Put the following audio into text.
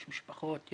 יש משפחות,